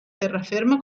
terraferma